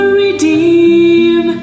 redeem